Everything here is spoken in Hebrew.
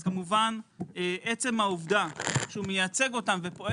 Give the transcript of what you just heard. אז כמובן עצם העובדה שהוא מייצג אותם ופועל